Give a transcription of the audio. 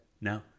no